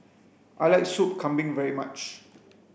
I like sup kambing very much